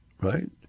right